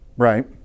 right